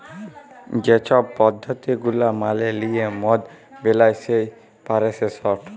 যে ছব পদ্ধতি গুলা মালে লিঁয়ে মদ বেলায় সেই পরসেসট